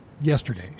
yesterday